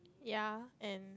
ya and